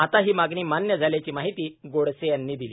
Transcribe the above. आता ही मागणी मान्य झाल्याची माहिती गोडसे यांनी दिली